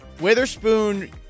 Witherspoon